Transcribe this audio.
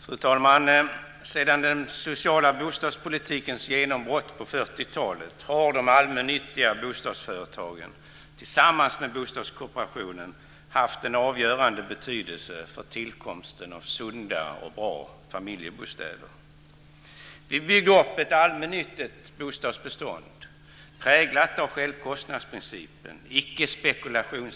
Fru talman! Sedan den sociala bostadspolitikens genombrott på 1940-talet har de allmännyttiga bostadsföretagen tillsammans med bostadskooperationen haft en avgörande betydelse för tillkomsten av sunda och bra familjebostäder. Vi byggde upp ett allmännyttigt bostadsbestånd, präglat av självkostnadsprincipen och fritt från spekulation.